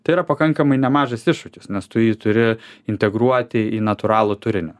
tai yra pakankamai nemažas iššūkis nes tu jį turi integruoti į natūralų turinį